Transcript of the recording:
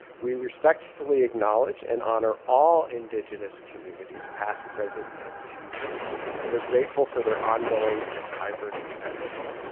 we respectfully acknowledge and honor all indigenous communities past, present and future and are grateful for their ongoing and vibrant presence.